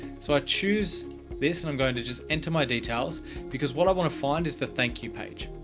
so i choose this and i'm going to just enter my details because what i want to find is the thank you page.